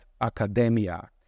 academia